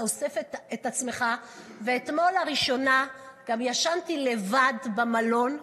אוסף את עצמך, לראשונה גם ישנתי לבד במלון.